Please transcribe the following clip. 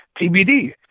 TBD